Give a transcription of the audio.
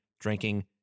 drinking